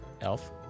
elf